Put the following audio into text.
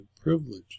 privilege